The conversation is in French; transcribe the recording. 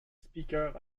speaker